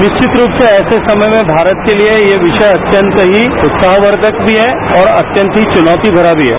निश्रवित रूप से ऐसे समय में भारत के लिए यह विषय अत्यंत ही उत्साहवर्द्वक भी है और अत्यंत ही चुनौती भरा भी है